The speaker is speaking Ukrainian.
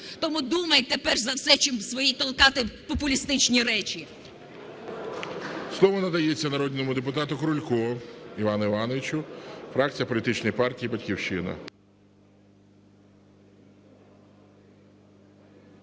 Тому думайте перш за все, чим свої толкати популістичні речі. ГОЛОВУЮЧИЙ. Слово надається народному депутату Крулько Івану Івановичу, фракція політичної партії "Батьківщина".